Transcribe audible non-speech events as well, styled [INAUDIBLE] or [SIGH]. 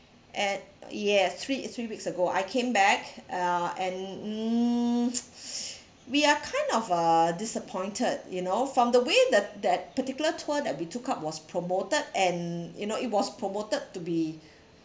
at yes three three weeks ago I came back(uh) and mm [NOISE] we are kind of a disappointed you know from the way the that particular tour that we took up was promoted and you know it was promoted to be